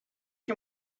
you